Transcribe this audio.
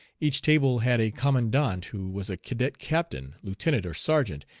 each table had a commandant, who was a cadet captain, lieutenant or sergeant,